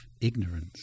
ignorance